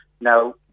Now